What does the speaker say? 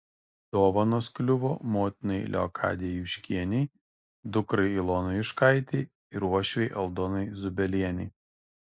dovanos kliuvo motinai leokadijai juškienei dukrai ilonai juškaitei ir uošvei aldonai zubelienei